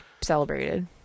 celebrated